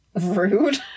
Rude